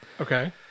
Okay